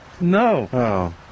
No